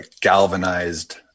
galvanized